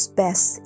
best